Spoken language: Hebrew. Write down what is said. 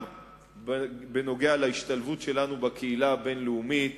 בנוגע להשתלבות שלנו בקהילה הבין-לאומית,